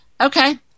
Okay